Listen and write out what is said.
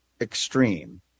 extreme